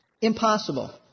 impossible